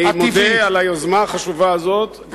אני מודה על היוזמה החשובה הזאת.